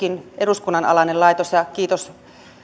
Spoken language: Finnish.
on myöskin eduskunnan alainen laitos ja kiitos